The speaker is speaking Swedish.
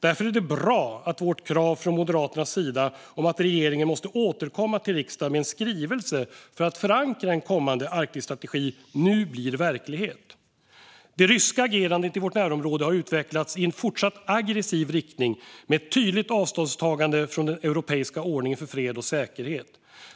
Därför är det bra att vårt krav från Moderaternas sida om att regeringen måste återkomma till riksdagen med en skrivelse för att förankra en kommande Arktisstrategi nu blir verklighet. Det ryska agerandet i vårt närområde har utvecklats i en fortsatt aggressiv riktning med ett tydligt avståndstagande från den europeiska ordningen för fred och säkerhet.